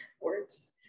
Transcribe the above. words